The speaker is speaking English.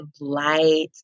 light